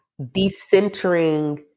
decentering